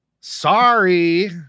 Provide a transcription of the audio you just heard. sorry